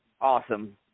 awesome